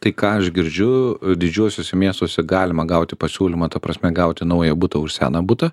tai ką aš girdžiu didžiuosiuose miestuose galima gauti pasiūlymą ta prasme gauti naują butą už seną butą